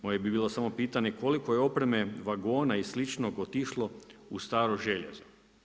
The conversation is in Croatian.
Moje bi bilo samo pitanje koliko je opreme, vagona i sličnog otišlo u staro željezo?